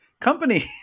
Company